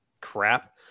crap